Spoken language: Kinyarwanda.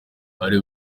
hari